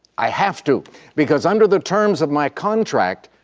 i have to because under the terms of my contract,